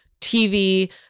TV